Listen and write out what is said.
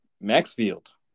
Maxfield